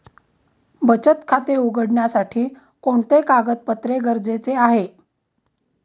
बचत खाते उघडण्यासाठी कोणते कागदपत्रे गरजेचे आहे?